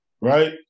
right